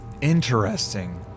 Interesting